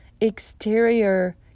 exterior